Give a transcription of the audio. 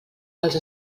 els